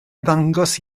ddangos